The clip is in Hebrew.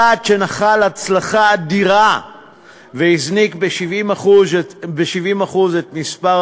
צעד שנחל הצלחה אדירה והזניק ב-70% את מספר